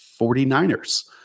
49ers